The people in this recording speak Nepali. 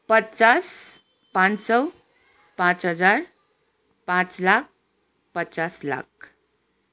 पचास पाँच सौ पाँच हजार पाँच लाख पचास लाख